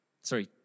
Sorry